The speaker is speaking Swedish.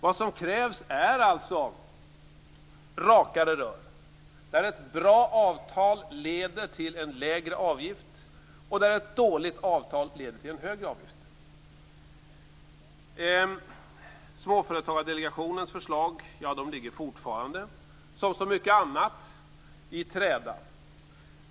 Vad som krävs är alltså rakare rör där ett bra avtal leder till en lägre avgift och där ett dåligt avtal leder till en högre avgift. Småföretagardelegationens förslag ligger fortfarande, som så mycket annat, i träda.